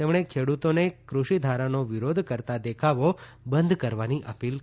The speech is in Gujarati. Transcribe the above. તેમણે ખેડૂતોને કુષિ ધારાનો વિરોધ કરતા દેખાવો બંધ કરવાની અપીલ કરી છે